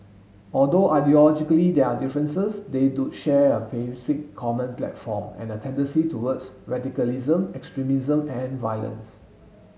although ideologically there are differences they do share a basic common platform and a tendency towards radicalism extremism and violence